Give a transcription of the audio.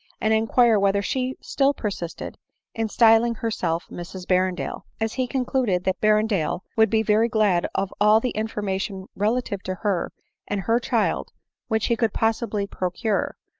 and inquire whether she still persisted in styling her self mrs berrendale as he concluded that berrendale would be very glad of all the information relative to her and her child which he could possibly procure,